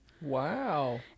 Wow